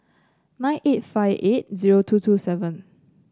nine eight five eight zero two two seven